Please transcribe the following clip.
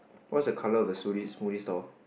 what's the colour of the smoothie smoothie stall